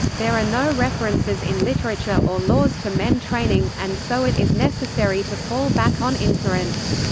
there are no references in literature or laws to men training, and so it is necessary to fall back on inference.